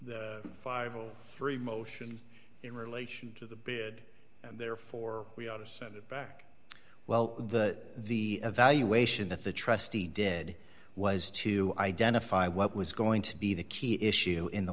three motion in relation to the bid and therefore we ought to send it back well the the evaluation that the trustee did was to identify what was going to be the key issue in the